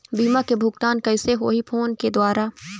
बीमा के भुगतान कइसे होही फ़ोन के द्वारा?